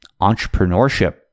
entrepreneurship